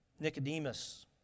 Nicodemus